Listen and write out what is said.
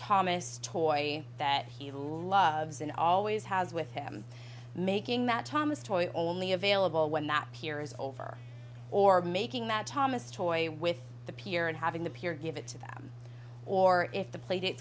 thomas toy that he loves and always has with him making that thomas toy only available when that here is over or making that thomas toy with the pier and having the pure give it to them or if the plate it